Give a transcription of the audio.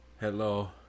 Hello